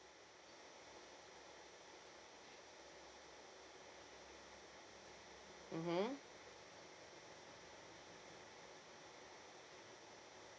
mmhmm